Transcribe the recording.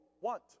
want